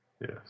Yes